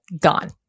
gone